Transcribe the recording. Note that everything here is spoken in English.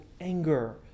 anger